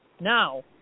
Now